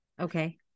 Okay